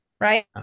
Right